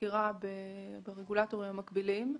החקירה ברגולטורים מקבילים.